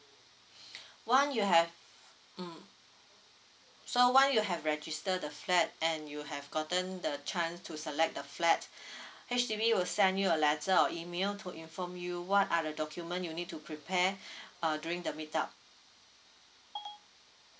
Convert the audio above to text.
once you have um so once you have register the flat and you have gotten the chance to select the flat H_D_B will send you a letter or email to inform you what are the document you need to prepare uh during the meet up